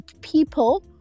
people